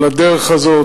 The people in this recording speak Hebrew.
על הדרך הזאת.